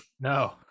No